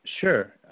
Sure